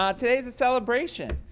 um today's a celebration.